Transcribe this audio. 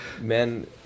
men